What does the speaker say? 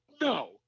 no